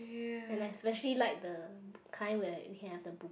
and I specially like the kind where you can have the